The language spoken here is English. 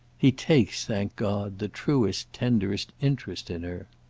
he takes, thank god, the truest tenderest interest in her.